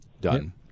done